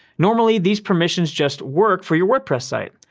normally, these permissions just work for your wordpress site.